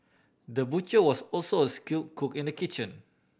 the butcher was also a skilled cook in the kitchen